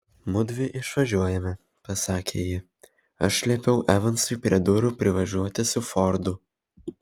mudvi išvažiuojame pasakė ji aš liepiau evansui prie durų privažiuoti su fordu